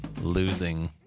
losing